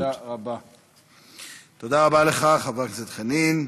תודה רבה לך, חבר הכנסת חנין.